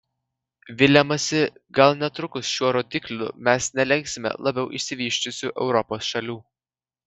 viliamasi gal netrukus šiuo rodikliu mes nelenksime labiau išsivysčiusių europos šalių